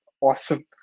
awesome